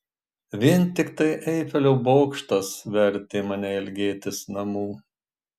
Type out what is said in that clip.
vien tiktai eifelio bokštas vertė mane ilgėtis namų